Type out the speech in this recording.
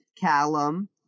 Callum